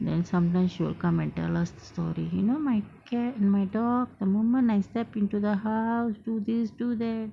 then sometimes she will come and tell us story you know my cat and my dog the moment I step into the house do this do that